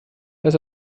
dass